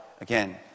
again